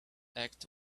act